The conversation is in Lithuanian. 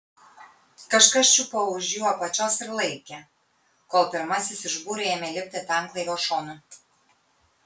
kažkas čiupo už jų apačios ir laikė kol pirmasis iš būrio ėmė lipti tanklaivio šonu